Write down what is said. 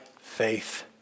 faith